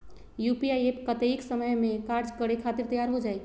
UPI app कतेइक समय मे कार्य करे खातीर तैयार हो जाई?